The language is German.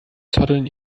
zotteln